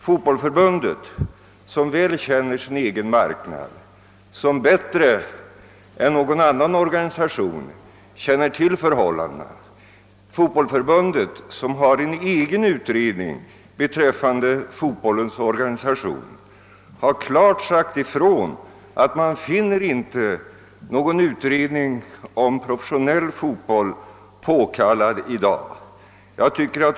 Fotbollförbundet, som väl känner sin egen marknad, som bättre än någon annan organisation känner till förhållandena och som har tillsatt en egen utredning om fotbollidrottens organisation, har klart sagt ifrån att man inte finner någon utredning om professionell fotboll påkallad i dag.